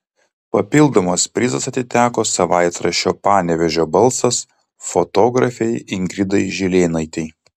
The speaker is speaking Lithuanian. papildomas prizas atiteko savaitraščio panevėžio balsas fotografei ingridai žilėnaitei